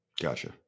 Gotcha